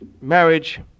marriage